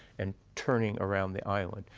and churning around the island.